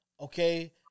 Okay